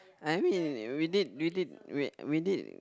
I mean we did we did we we did